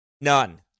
None